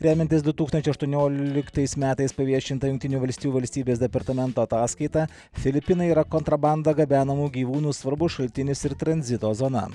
remiantis du tūkstančiai aštuonioliktais metais paviešinta jungtinių valstijų valstybės departamento ataskaita filipinai yra kontrabanda gabenamų gyvūnų svarbus šaltinis ir tranzito zona